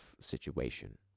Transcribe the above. situation